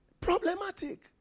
problematic